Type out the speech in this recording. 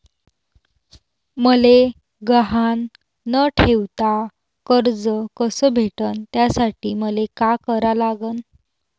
मले गहान न ठेवता कर्ज कस भेटन त्यासाठी मले का करा लागन?